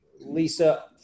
Lisa